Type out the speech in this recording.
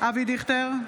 אבי דיכטר,